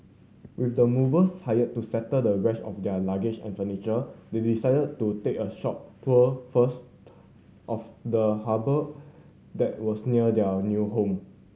with the movers hired to settle the rest of their luggage and furniture they decided to take a short tour first of the harbour that was near their new home